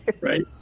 Right